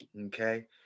Okay